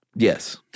Yes